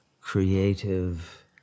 creative